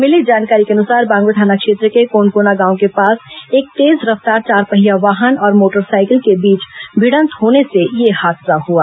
मिली जानकारी के अनुसार बांगो थाना क्षेत्र के कोनकोना गांव के पास एक तेज रफ्तार चारपहिया वाहन और मोटर साइकिल के बीच भिड़त होने से यह हादसा हुआ